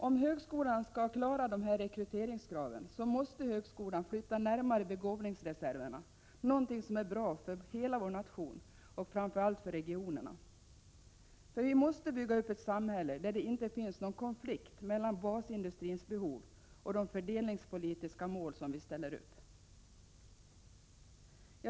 Om högskolan skall klara dessa rekryteringskrav, måste högskolan flytta närmare begåvningsreserverna, något som är bra både för hela vår nation och framför allt för regionerna. Vi måste bygga upp ett samhälle där det inte finns någon konflikt mellan basindustrins behov och de fördelningspolitiska mål vi ställer upp.